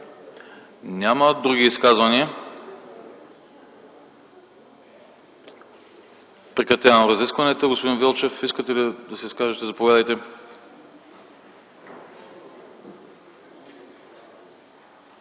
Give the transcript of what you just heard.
Няма. Други изказвания? Няма. Прекратявам разискванията. Господин Велчев, искате ли да се изкажете? Заповядайте.